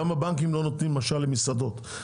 למשל, הבנקים לא נותנים הלוואה למסעדות.